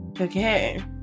Okay